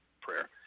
prayer